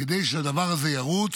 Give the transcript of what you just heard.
כדי שהדבר הזה ירוץ,